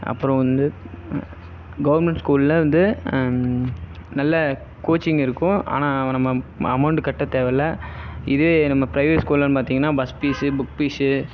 அப்புறம் வந்து கவர்மெண்ட் ஸ்கூலில் வந்து நல்ல கோச்சிங் இருக்கும் ஆனால் நம்ம அமௌண்ட்டு கட்ட தேவையில்ல இதே நம்ம பிரைவேட் ஸ்கூல்லேன்னு பார்த்திங்கன்னா பஸ் ஃபீஸு புக் ஃபீஸு